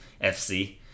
FC